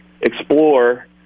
explore